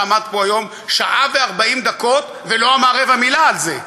שעמד פה היום שעה ו-40 דקות ולא אמר רבע מילה על זה,